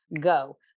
go